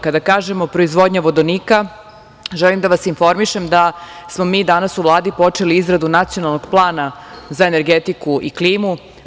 Kada kažemo proizvodnja vodonika želim da vas informišem da smo mi danas u Vladi počeli izradu nacionalnog plana za energetiku i klimu.